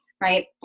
right